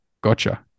gotcha